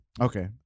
Okay